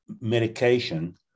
medication